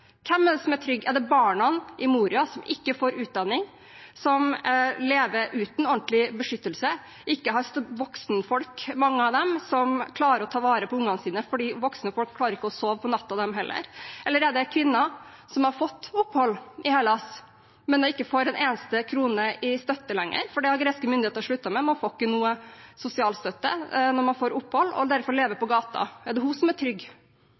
Hvem er det som er trygg? Er det barna i Moria, som ikke får utdanning, som lever uten ordentlig beskyttelse, ikke har voksenfolk – mange av dem – som klarer å ta vare på ungene sine fordi voksne heller ikke klarer å sove om natten? Eller er det kvinner om har fått opphold i Hellas, men ikke lenger får en eneste krone i støtte, for det har greske myndigheter sluttet med? Man får ikke noe sosialstøtte når man får opphold og lever derfor på gaten – er det hun som er trygg?